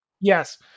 Yes